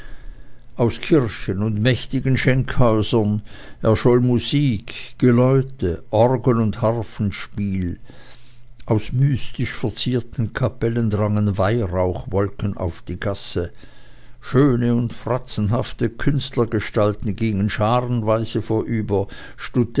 aus kirchen und mächtigen schenkhäusern erscholl musik geläute orgel und harfenspiel aus mystisch verzierten kapellentüren drangen weihrauchwolken auf die gasse schöne und fratzenhafte künstlergestalten gingen scharenweise vorüber